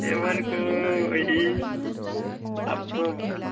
Avon को यही आपको